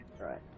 right